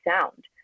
sound